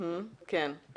כן.